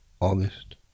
August